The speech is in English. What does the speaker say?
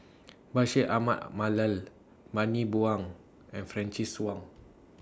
Bashir Ahmad Mallal Bani Buang and Francis Wong